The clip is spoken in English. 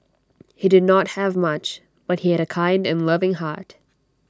he did not have much but he had A kind and loving heart